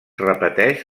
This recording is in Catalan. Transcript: repeteix